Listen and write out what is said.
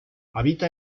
habita